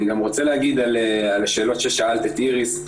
אני גם רוצה להגיד על השאלות ששאלת את איריס,